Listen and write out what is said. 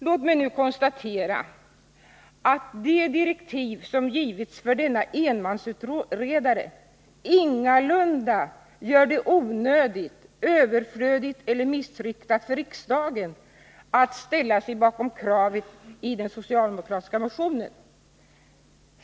Låt mig nu konstatera att de direktiv som har givits för denna enmansutredare ingalunda gör det onödigt, överflödigt eller missriktat för riksdagen att ställa sig bakom kravet i den socialdemokratiska motionen.